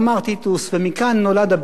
ומכאן נולד הביטוי בלטינית,